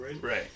right